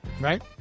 Right